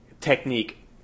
technique